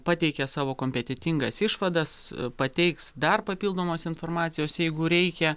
pateikia savo kompetentingas išvadas pateiks dar papildomos informacijos jeigu reikia